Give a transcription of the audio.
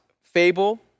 fable